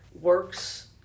works